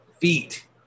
Feet